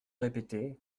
répéter